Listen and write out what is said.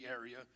area